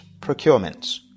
procurements